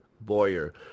Boyer